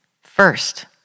first